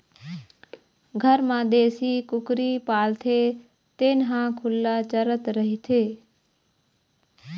घर म देशी कुकरी पालथे तेन ह खुल्ला चरत रहिथे